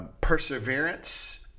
perseverance